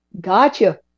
Gotcha